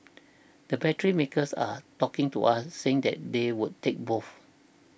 the battery makers are talking to us saying that they would take both